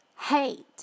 hate